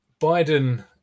Biden